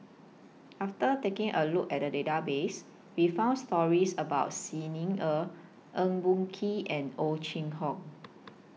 after taking A Look At The Database We found stories about Xi Ni Er Eng Boh Kee and Ow Chin Hock